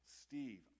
Steve